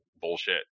bullshit